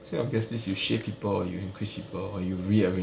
so of this list you shave people or you increase people or you rearranged people